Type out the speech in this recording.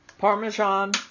Parmesan